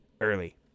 Early